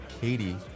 Katie